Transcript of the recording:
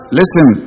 listen